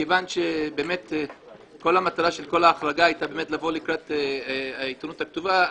מכיוון שכל המטרה של כל ההחרגה היתה לבוא לקראת העיתונות הכתובה,